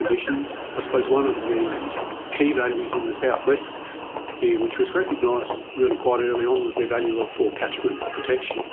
conditions. i ah suppose one of the key values in the southwest here which was recognised really quite early on was the value of for catchment protection.